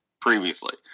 previously